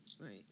Right